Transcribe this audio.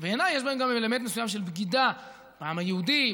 שבעיניי יש בהם גם אלמנט מסוים של בגידה בעם היהודי,